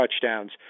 touchdowns